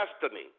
destiny